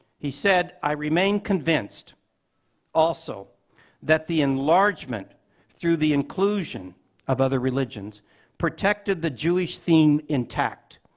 he said, i remain convinced also that the enlargement through the inclusion of other religions protected the jewish theme intact,